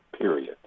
period